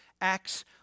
acts